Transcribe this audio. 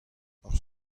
hor